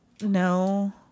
No